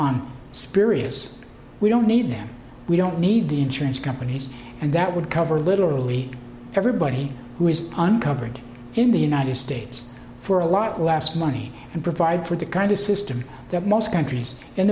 is we don't need them we don't need the insurance companies and that would cover literally everybody who is uncovered in the united states for a lot last money and provide for the kind of system that most countries in